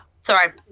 sorry